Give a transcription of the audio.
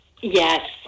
Yes